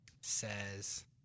says